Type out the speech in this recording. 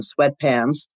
sweatpants